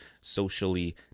socially